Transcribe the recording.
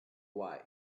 why